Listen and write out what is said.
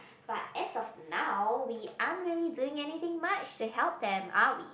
but as of now we aren't really doing anything much to help them are we